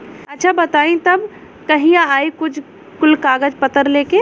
अच्छा बताई तब कहिया आई कुल कागज पतर लेके?